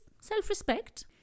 self-respect